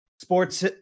sports